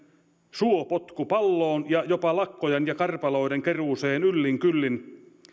suopotkupalloon ja jopa lakkojen ja karpaloiden keruuseen yllin kyllin